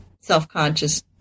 self-conscious